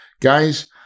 guys